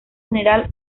general